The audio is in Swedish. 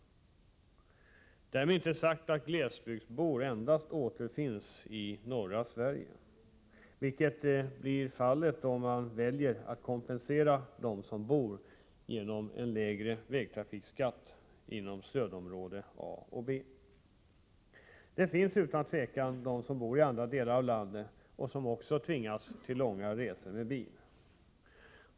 Därmed inte sagt att glesbygdsbor endast återfinns i norra Sverige, vilket man kan få ett intryck av om vi väljer att genom en lägre vägtrafikskatt kompensera dem som bor i stödområdena A och B. Utan tvivel finns det människor som bor i andra delar av landet som tvingas till långa resor med bil.